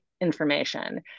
information